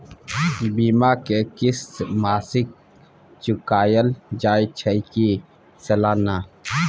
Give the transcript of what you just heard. बीमा के किस्त मासिक चुकायल जाए छै की सालाना?